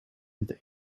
het